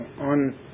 on